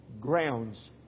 grounds